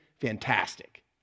Fantastic